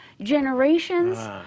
generations